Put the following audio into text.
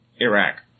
Iraq